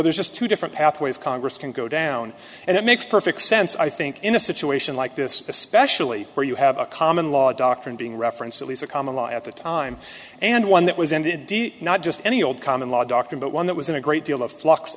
there's just two different pathways congress can go down and it makes perfect sense i think in a situation like this especially where you have a common law doctrine being referenced at least a common law at the time and one that was ended not just any old common law doctrine but one that was in a great deal of flux